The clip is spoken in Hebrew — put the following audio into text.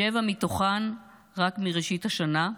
שבע מתוכן רק מראשית השנה,